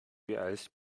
beeilst